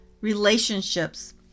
relationships